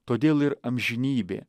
todėl ir amžinybė